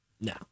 No